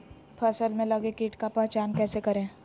फ़सल में लगे किट का पहचान कैसे करे?